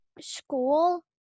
school